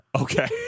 Okay